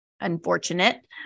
unfortunate